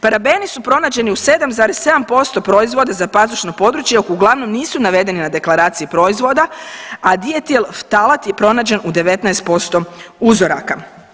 Parabeni su pronađeni u 7,7% proizvoda za pazušno područje uglavnom nisu navedeni na deklaraciji proizvoda, a dietil ftalat je pronađen u 19% uzoraka.